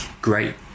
great